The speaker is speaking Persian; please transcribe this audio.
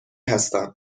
هستم